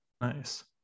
nice